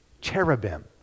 cherubim